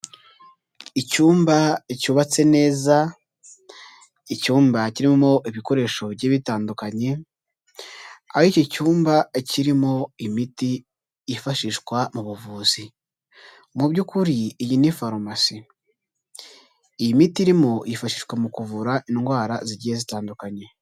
Icyumba cyubatse neza, icyumba kirimo ibikoresho bigiye bitandukanye. Aho iki cyumba kirimo imiti yifashishwa mu buvuzi mu by'ukuri iyi ni farumasi. Iyi miti irimo yifashishwa mu kuvura indwara zigiye zitandukanye.